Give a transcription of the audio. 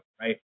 right